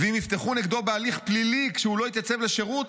ואם יפתחו נגדו בהליך פלילי כשלא יתייצב לשירות?